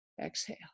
Exhale